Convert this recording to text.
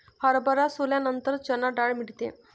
हरभरा सोलल्यानंतर चणा डाळ मिळते